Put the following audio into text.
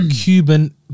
Cuban